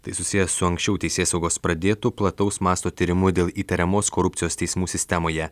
tai susiję su anksčiau teisėsaugos pradėtų plataus masto tyrimu dėl įtariamos korupcijos teismų sistemoje